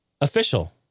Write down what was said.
official